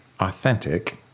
authentic